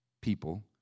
people